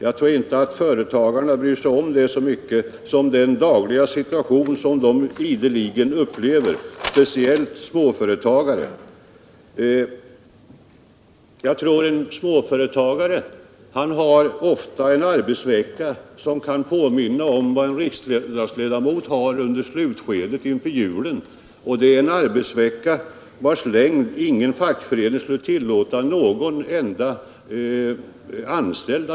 Jag tror inte att företagarna bryr sig så mycket om den, däremot tar de intryck av den situation som de dagligen upplever, speciellt småföretagarna. En småföretagare har ofta en arbetsvecka som kan påminna om vad en riksdagsledamot har under slutskedet inför julen. Det är en arbetsvecka som ingen fackförening skulle tillåta för en anställd.